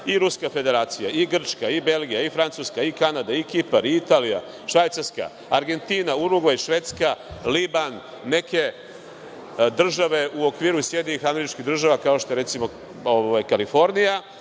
i Ruska Federacija i Grčka i Belgija i Francuska i Kanada i Kipar i Italija i Švajcarska, Argentina, Urugvaj, Švedska, Liban, neke države u okviru i SAD, kao što je recimo Kalifornija